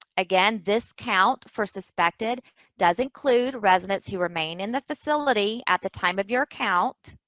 again, this count for suspected does include residents who remain in the facility at the time of your account,